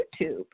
YouTube